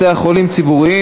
בעד, 31, 39 מתנגדים.